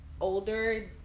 older